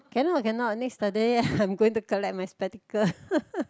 cannot cannot next Saturday I'm going to collect my spectacle